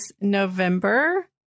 november